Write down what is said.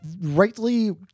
rightly